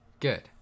good